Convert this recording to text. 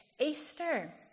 Easter